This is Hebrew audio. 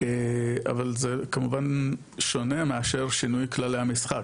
אבל זה כמובן שונה מאשר שינוי כללי המשחק,